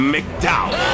McDowell